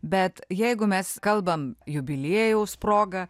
bet jeigu mes kalbam jubiliejaus proga